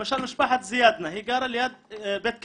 למשל משפחת זיאדנה, היא גרה ליד בית קמה.